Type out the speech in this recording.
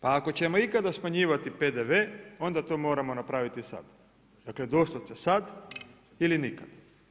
Pa ako ćemo ikada smanjivati PDV onda to moramo napraviti sad, dakle doslovce sad ili nikad.